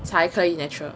才可以 natural